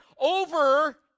over